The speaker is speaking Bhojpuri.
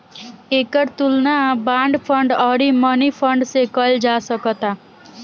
एकर तुलना बांड फंड अउरी मनी फंड से कईल जा सकता